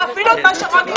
אפילו את מה שרוני אומר.